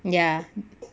ya